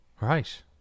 Right